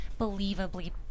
believably